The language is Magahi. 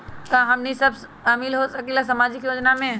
का हमनी साब शामिल होसकीला सामाजिक योजना मे?